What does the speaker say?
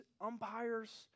umpires